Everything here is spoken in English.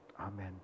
Amen